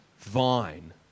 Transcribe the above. vine